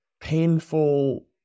painful